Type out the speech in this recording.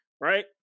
right